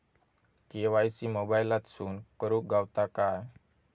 KYC मोबाईलातसून करुक गावता काय?